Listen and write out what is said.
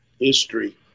History